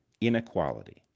inequality